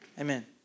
Amen